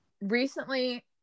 Recently